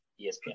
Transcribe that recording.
ESPN+